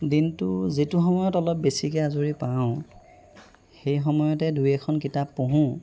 দিনটোৰ যিটো সময়ত অলপ বেছিকৈ আজৰি পাওঁ সেই সময়তে দুই এখন কিতাপ পঢ়োঁ